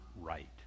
right